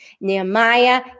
Nehemiah